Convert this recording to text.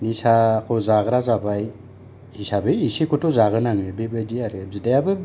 निसाखौ जाग्रा जाबाय हिसाबै एसेखौथ' जागोनानो बेबायदि आरो बिदायाबो